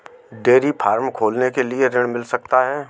Dairy farm खोलने के लिए ऋण मिल सकता है?